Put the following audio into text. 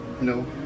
No